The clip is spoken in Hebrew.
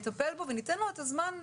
נטפל בו וניתן לו את הזמן הראוי,